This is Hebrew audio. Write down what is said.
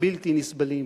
הבלתי נסבלים,